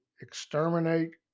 exterminate